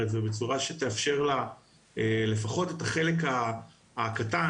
ובצורה שתאפשר לה לפחות את החלק הקטן,